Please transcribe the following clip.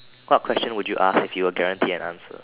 what question would you ask if you were guaranteed an answer